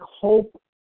hope